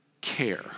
care